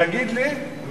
תגיד לי,